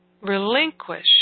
relinquish